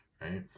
right